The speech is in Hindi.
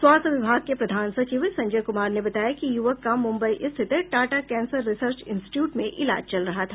स्वास्थ्य विभाग के प्रधान सचिव संजय कुमार ने बताया कि युवक का मुंबई स्थित टाटा कैंसर रिसर्च इंस्टीच्यूट में इलाज चल रहा था